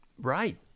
Right